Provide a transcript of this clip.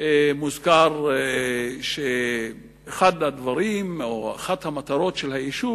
מוזכר שאחד הדברים או אחת המטרות של היישוב